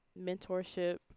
mentorship